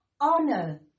honor